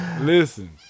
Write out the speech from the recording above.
listen